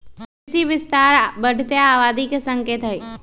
कृषि विस्तार बढ़ते आबादी के संकेत हई